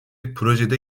projede